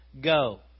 go